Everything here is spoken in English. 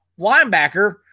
linebacker